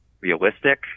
realistic